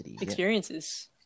experiences